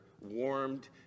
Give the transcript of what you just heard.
warmed